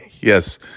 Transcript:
Yes